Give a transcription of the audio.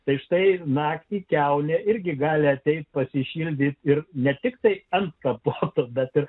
tai štai naktį kiaunė irgi gali ateiti pasišildyti ir ne tiktai ant kapoto bet ir